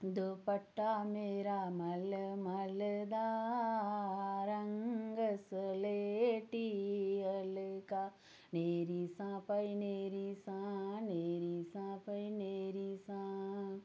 दुपट्टा मेरा मलमल दा रंग सलेटी हलका नेईं रीसां भाई नेईं रीसां नेई रीसां भाई नेई रीसां